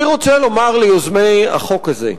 אני רוצה לומר ליוזמי החוק הזה,